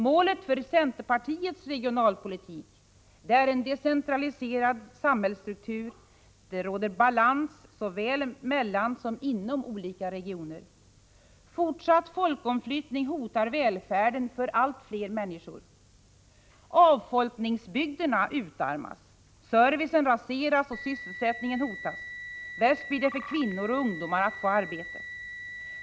Målet för centerpartiets regionalpolitik är en decentralistisk samhällsstruktur där det råder balans såväl mellan som inom olika regioner. Fortsatt folkomflyttning hotar välfärden för allt fler människor. Avfolkningsbygderna utarmas, servicen raseras och sysselsättningen hotas. Värst blir det för kvinnor och ungdomar att få arbete.